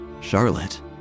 Charlotte